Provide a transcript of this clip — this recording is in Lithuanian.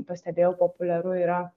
pastebėjau populiaru yra